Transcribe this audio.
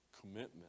commitment